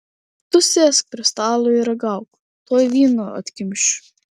tu sėsk prie stalo ir ragauk tuoj vyno atkimšiu